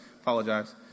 Apologize